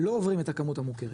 לא עוברים את הכמות המוכרת